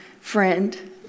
friend